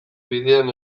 bidean